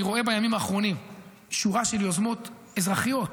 אני רואה בימים האחרונים שורה של יוזמות אזרחיות.